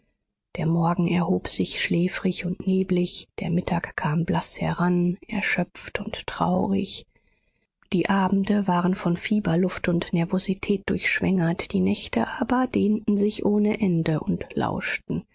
der morgen erhob sich schläfrig und neblig der mittag kam blaß heran erschöpft und traurig die abende waren von fieberluft und nervosität durchschwängert die nächte aber dehnten sich ohne ende und lauschten